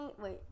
Wait